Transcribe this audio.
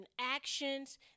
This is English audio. actions